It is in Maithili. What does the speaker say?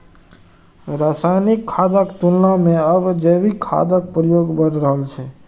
रासायनिक खादक तुलना मे आब जैविक खादक प्रयोग बढ़ि रहल छै